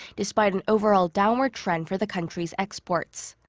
despite an overall downward trend for the country's exports.